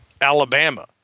Alabama